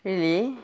really